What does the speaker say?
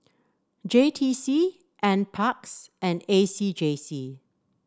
J T C NParks and A C J C